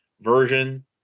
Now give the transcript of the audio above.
version